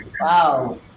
Wow